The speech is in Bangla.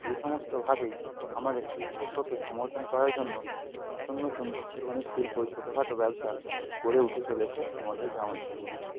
এ সমস্তভাবেই আমাদের কৃষিশিল্পকে সমর্থন করার জন্য নতুন নতুন অনেক শিল্প ছোট খাটো ব্যবসা গড়ে উঠে চলেছে আমাদের গ্রাম অঞ্চলগুলিতে